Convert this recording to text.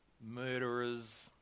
murderers